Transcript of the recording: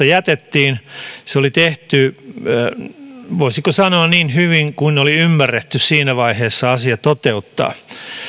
jätettiin se oli tehty voisiko sanoa niin hyvin kuin oli ymmärretty siinä vaiheessa asia toteuttaa